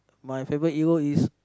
my favourite hero is